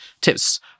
tips